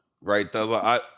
right